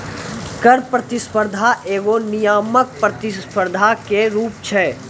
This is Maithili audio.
कर प्रतिस्पर्धा एगो नियामक प्रतिस्पर्धा के रूप छै